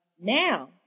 Now